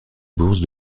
bourse